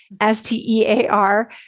S-T-E-A-R